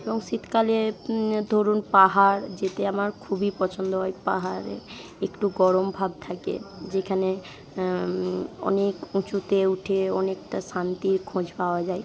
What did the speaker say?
এবং শীতকালে ধরুন পাহাড় যেতে আমার খুবই পছন্দ হয় পাহাড়ে একটু গরম ভাব থাকে যেখানে অনেক উঁচুতে উঠে অনেকটা শান্তির খোঁজ পাওয়া যায়